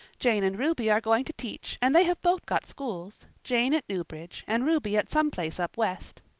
jane and ruby are going to teach and they have both got schools jane at newbridge and ruby at some place up west.